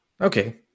okay